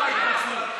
את טועה,